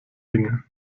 dinge